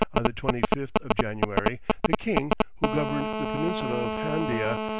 the twenty fifth of january the king who governed the peninsula of handia,